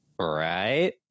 right